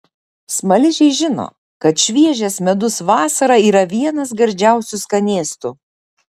smaližiai žino kad šviežias medus vasarą yra vienas gardžiausių skanėstų